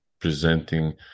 presenting